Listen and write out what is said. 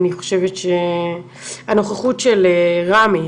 אני חושבת שהנוכחות של רמי,